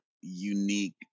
unique